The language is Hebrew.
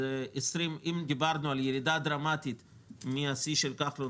אם דיברנו על ירידה דרמטית מהשיא של כחלון,